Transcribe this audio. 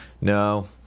no